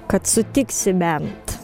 kad sutiksi bent